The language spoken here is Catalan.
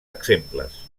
exemples